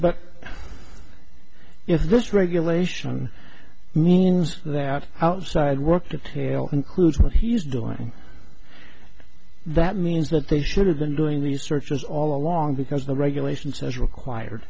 but if this regulation means that outside work detail includes what he is doing that means that they should have been doing these searches all along because the regulation says required